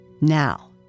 Now